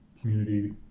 community